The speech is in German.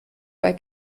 bei